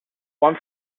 one